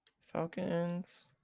Falcons